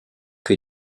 que